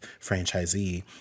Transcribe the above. franchisee